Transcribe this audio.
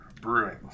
Brewing